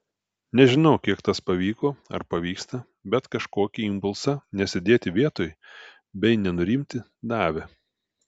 nežinau kiek tas pavyko ar pavyksta bet kažkokį impulsą nesėdėti vietoj bei nenurimti davė